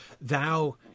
thou